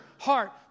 heart